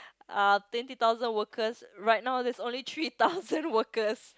uh twenty thousand workers right now there's only three thousand workers